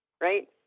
right